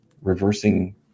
reversing